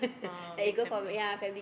oh big family